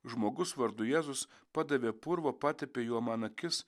žmogus vardu jėzus padavė purvo patepė juo man akis